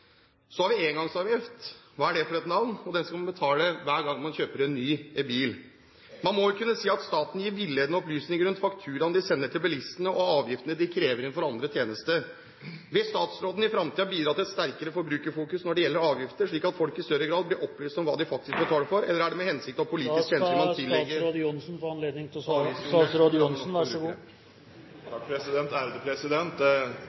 Så har vi engangsavgiften. Hva er det for et navn? Og den skal man betale hver gang man kjøper en ny bil. Man må vel kunne si at staten gir villedende opplysninger rundt fakturaene de sender til bilistene, og avgiftene de krever inn for andre tjenester. Vil statsråden i fremtiden bidra til et sterkere forbrukerfokus når det gjelder avgifter, slik at folk i større grad blir opplyst om hva de faktisk betaler for? Eller er det med hensikt og av politiske hensyn … Da skal statsråd Johnsen få anledning til å